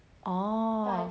oh